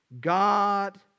God